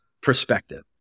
perspective